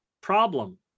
Problem